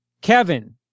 Kevin